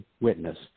witness